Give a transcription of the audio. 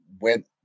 went